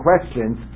questions